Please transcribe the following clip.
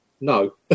no